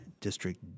District